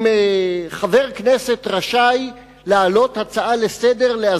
אם חבר הכנסת רשאי להעלות הצעה לסדר-היום